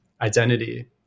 identity